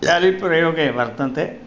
याली प्रयोगे वर्तन्ते